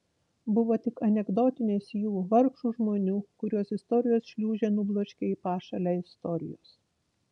buvo tik anekdotinės jų vargšų žmonių kuriuos istorijos šliūžė nubloškė į pašalę istorijos